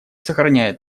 сохраняет